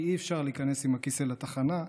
כי אי-אפשר להיכנס עם הכיסא לתחנה.